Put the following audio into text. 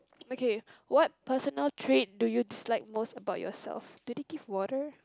okay what personal trait do you dislike most about yourself do they give water